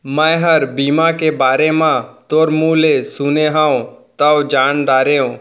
मैंहर बीमा के बारे म तोर मुँह ले सुने हँव तव जान डारेंव